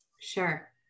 sure